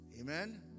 Amen